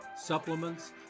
supplements